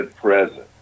present